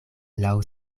laŭ